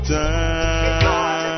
time